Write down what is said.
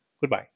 Goodbye